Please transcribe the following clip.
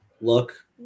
look